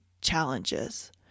challenges